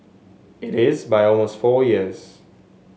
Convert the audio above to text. it is by almost four years